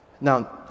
Now